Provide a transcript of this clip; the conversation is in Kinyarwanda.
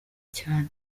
cyane